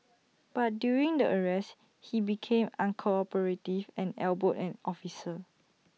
but during the arrest he became uncooperative and elbowed an officer